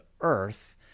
Earth